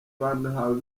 banahawe